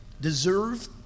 deserve